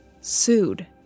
sued